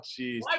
jeez